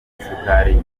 isukari